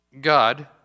God